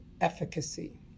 efficacy